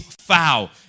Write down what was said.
foul